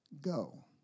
Go